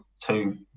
two